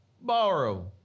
borrow